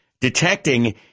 detecting